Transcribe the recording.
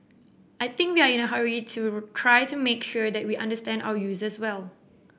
I think we are in a hurry to try to make sure that we understand our users well